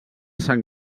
sant